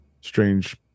strange